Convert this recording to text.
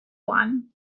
one